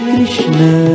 Krishna